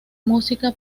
música